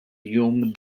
jum